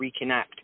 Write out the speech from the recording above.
reconnect